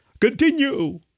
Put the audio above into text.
Continue